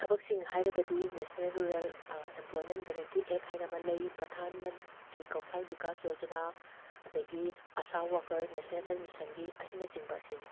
ꯊꯕꯛꯁꯤꯡ ꯍꯥꯏꯔꯒꯗꯤ national rural employment guarantee act ꯍꯥꯏꯅ ꯑꯃ ꯂꯩ ꯄ꯭ꯔꯙꯥꯟ ꯃꯟꯇ꯭ꯔꯤ ꯀꯧꯁꯜ ꯕꯤꯀꯥꯁ ꯌꯣꯖꯅꯥ ꯑꯗꯒꯤ ꯑꯁꯥ ꯋꯥꯀꯔ ꯅꯦꯁꯅꯦꯜ ꯍꯦꯜꯊ ꯃꯤꯁꯟꯒꯤ ꯑꯁꯤꯅꯆꯤꯡꯕ ꯑꯁꯤꯅꯤ